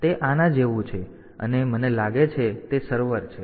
તેથી તે આના જેવું છે અને મને લાગે છે કે તે સર્વર છે